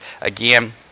again